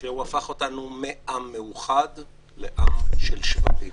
שהוא הפך אותנו מעם מאוחד לעם של שבטים.